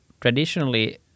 traditionally